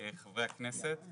חברי הכנסת,